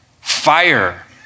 fire